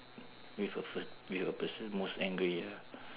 with a fir~ with a person most angry ah